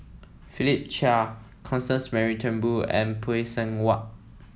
Philip Chia Constance Mary Turnbull and Phay Seng Whatt